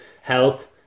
health